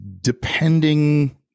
depending